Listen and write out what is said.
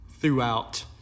throughout